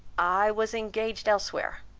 i was engaged elsewhere.